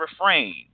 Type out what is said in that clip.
refrain